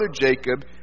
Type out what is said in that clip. Jacob